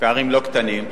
ופערים לא קטנים,